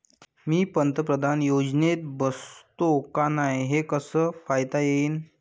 मी पंतप्रधान योजनेत बसतो का नाय, हे कस पायता येईन?